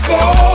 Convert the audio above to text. Say